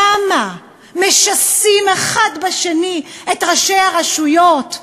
למה משסים אחד בשני את ראשי הרשויות,